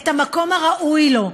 את המקום הראוי לו,